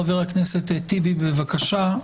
חבר הכנסת טיבי, בבקשה.